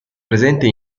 presente